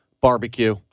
barbecue